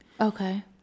Okay